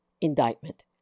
indictment